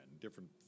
Different